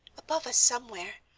above us somewhere.